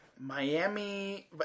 Miami